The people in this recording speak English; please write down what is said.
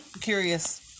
curious